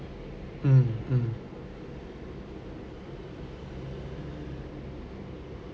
mm mm